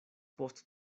post